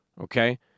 Okay